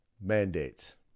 mandates